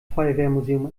feuerwehrmuseum